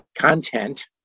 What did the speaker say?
content